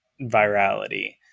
virality